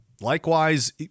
likewise